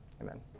Amen